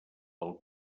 pel